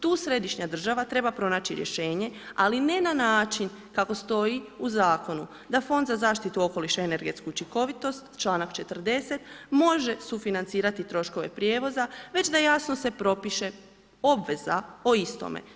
Tu središnja država treba pronaći rješenje ali ne na način kako su stoji u zakonu d Fond za zaštitu okoliša i energetsku učinkovitost članak 40., može sufinancirati troškove prijevoza već da jasno se propiše obveza o istome.